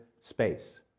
space